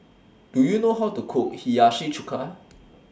Do YOU know How to Cook Hiyashi Chuka